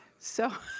so.